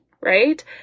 right